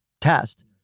test